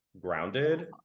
grounded